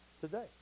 today